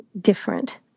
different